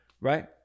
Right